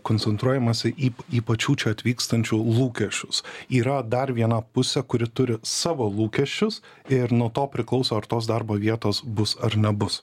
koncentruojamasi į į pačių čia atvykstančių lūkesčius yra dar viena pusė kuri turi savo lūkesčius ir nuo to priklauso ar tos darbo vietos bus ar nebus